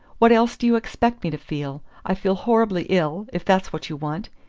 what else do you expect me to feel? i feel horribly ill, if that's what you want.